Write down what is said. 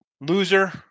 Loser